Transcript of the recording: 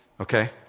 Okay